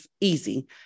easy